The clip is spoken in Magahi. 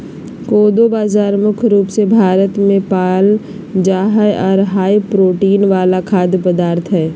कोदो बाजरा मुख्य रूप से भारत मे पाल जा हय आर हाई प्रोटीन वाला खाद्य पदार्थ हय